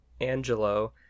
Angelo